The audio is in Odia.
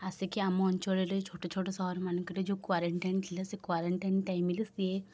ଆସିକି ଆମ ଅଞ୍ଚଳରେ ଛୋଟଛୋଟ ସହରମାନଙ୍କରେ ଯେଉଁ କ୍ଵାରେଣ୍ଟାଇନ୍ ଥିଲା ସେ କ୍ଵାରେଣ୍ଟାଇନ୍ ଟାଇମ୍ରେ ସିଏ